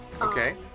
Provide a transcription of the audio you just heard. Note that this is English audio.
Okay